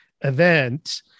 event